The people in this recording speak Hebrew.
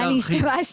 אני אומרת